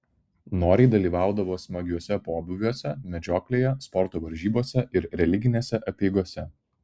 noriai dalyvaudavo smagiuose pobūviuose medžioklėje sporto varžybose ir religinėse apeigose